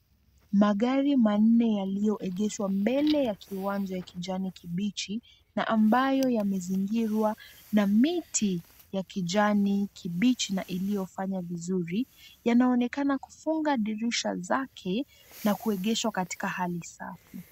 Magari manne yaliyoegeshwa mbele ya kiwanja ya kijani kibichi na ambayo yamezingirwa na miti ya kijani kibichi na iliyofanya vizuri, yanaonekana kufunga dirisha zake na kuegeshwa katika hali safi.